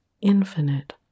infinite